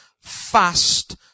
fast